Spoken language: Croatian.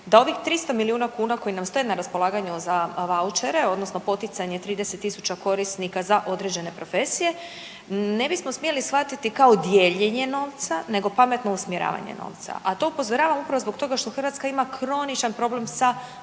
da ovih 300 milijuna kuna koji nam stoje na raspolaganju za vaučere odnosno poticanje 30.000 korisnika za određene profesije ne bismo smjeli shvatiti kao dijeljenje novca nego pametno usmjeravanje novca. A to upozoravam upravo zbog toga što Hrvatska ima kroničan problem sa